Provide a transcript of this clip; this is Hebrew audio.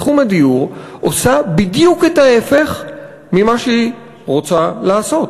בתחום הדיור עושה בדיוק את ההפך ממה שהיא רוצה לעשות,